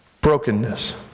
brokenness